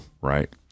Right